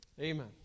Amen